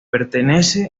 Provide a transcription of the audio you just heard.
pertenece